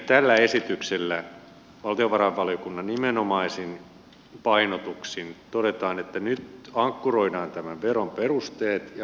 nyt tällä esityksellä valtiovarainvaliokunnan nimenomaisin painotuksin todetaan että nyt ankkuroidaan tämän veron perusteet ja veron taso